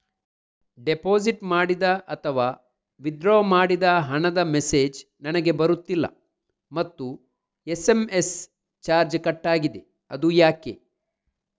Deposit ಮಾಡಿದ ಅಥವಾ withdraw ಮಾಡಿದ ಹಣದ ಮೆಸೇಜ್ ನನಗೆ ಬರುತ್ತಿಲ್ಲ ಮತ್ತು ಎಸ್.ಎಂ.ಎಸ್ ಚಾರ್ಜ್ ಕಟ್ಟಾಗಿದೆ ಅದು ಯಾಕೆ?